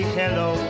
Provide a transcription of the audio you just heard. hello